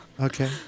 Okay